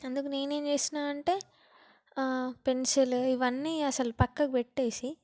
అందుకు నేనేం చేసినా అంటే పెన్సిల్లు ఇవన్నీ అసలు పక్కకు పెట్టేసి